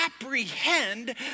apprehend